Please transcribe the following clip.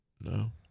No